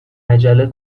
عجله